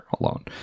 alone